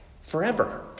forever